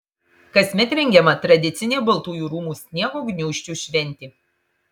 kasmet rengiama tradicinė baltųjų rūmų sniego gniūžčių šventė